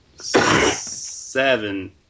Seven